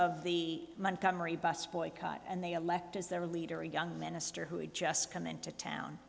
of the montgomery bus boycott and they elect as their leader a young minister who had just come into town